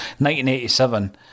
1987